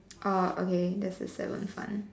uh okay that's the seventh one